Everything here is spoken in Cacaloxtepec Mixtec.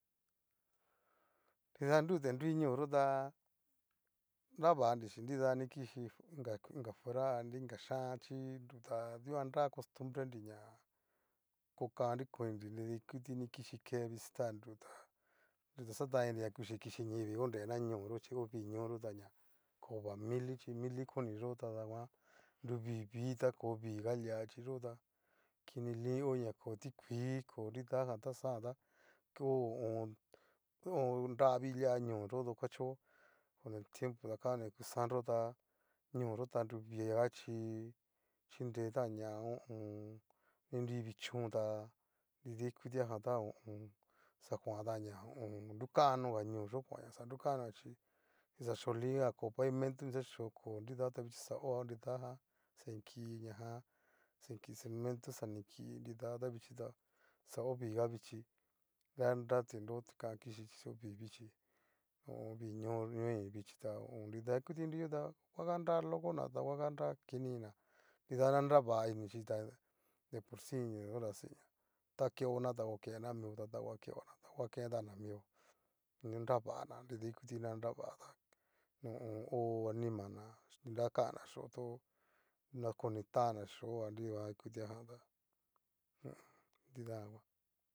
Nrida nru ti nrui ño yo ta nravanri xin ni kichí inka inka fuera ani inga xhian chi nruta dikuan nra costumbrenriña, ko kannri koninri nida ikuti nikichí ke visitarnruta nrutaxatanininri ña kuchí kichí ñaivii konrena ñooyo chí ovi ñooyó taña kova mili chí mili koni yó'o tada nguan nruvi'vi, ta ko viaga lia chí yo tá kini lin ngo ña ko tikuii ko nidajan ta xajanta ho o on. horavi lia ñooyo tu nakachó con el tiempo takonoga ni ku santo tá ñoo'yo ta nruvia chí chinretanña ho o on. ni vichón ta'a nridaikutuajan ta ho o on. xakuaña nrukanoja ñooyo kuaña nrukanoa chí nixacho linga ko pavimento ni xá xhoo koo nrida ta vichí xa ho nidajan xa niki najan xa ni ki cemento xa ni kíi nrida tavichíta xa oviga vichí, ta na tinro kan kichí chí xa oviga vichí ho o on. viñoñoin ta nrida ikuti ni nruiyo ta va anra lokona ta ngua nra kiniinina nridana nrava inichí ta deporsin ña orasiña ta keona ta kona mio, ta tanguakeona ta nguakentana mio, kininra va'ana nridaikutina nra va ho o on o animana nrakanachiotuo nakonitannaxio anridaikutiajan ta ñajan nguan.